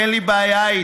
אין לי בעיה איתו.